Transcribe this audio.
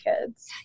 kids